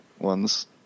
ones